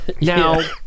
Now